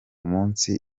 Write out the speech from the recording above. munsi